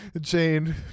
Jane